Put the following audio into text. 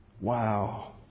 Wow